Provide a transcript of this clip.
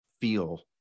feel